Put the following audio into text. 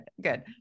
good